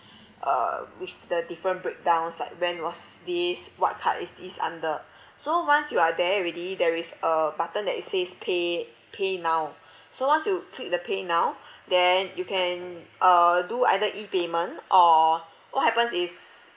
uh with the different breakdowns like when was these what card is this under so once you are there already there is a button that it says pay pay now so once you click the pay now then you can uh do either E payment or what happens is